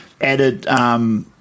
added